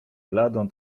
bladą